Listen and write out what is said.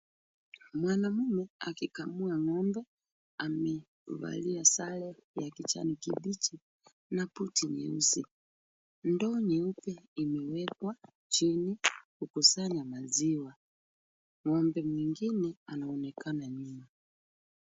Mwanaume akikamua ng'ombe. Amevalia sare ya kijani kibichi na buti nyeusi. Ndoo nyeupe imewekwa chini kukusanya maziwa. Ng'ombe mwingine anaonekana nyuma.